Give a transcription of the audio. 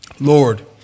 Lord